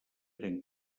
eren